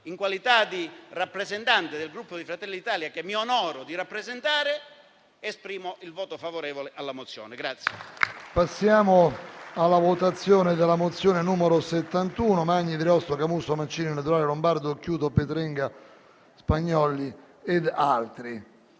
in qualità di rappresentante del Gruppo Fratelli d'Italia, che mi onoro di rappresentare, esprimo il voto favorevole alla mozione